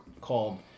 called